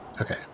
Okay